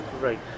Right